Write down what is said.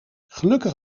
gelukkig